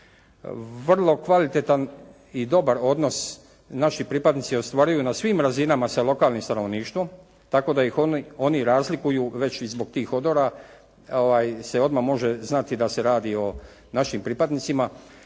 Vrlo kvalitetan i dobar odnos naši pripadnici ostvaruju na svim razinama sa lokalnim stanovništvom, tako da ih oni razlikuju već i zbog tih odora se odmah može znati da se radi o našim pripadnicima.